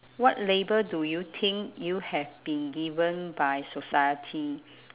what label do you think you have been given by society